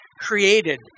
created